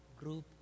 group